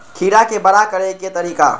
खीरा के बड़ा करे के तरीका?